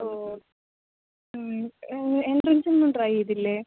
ഓ ഹ്മ് എൻട്രൻസ് ഒന്നും ട്രൈ ചെയ്ത് ഇല്ലെ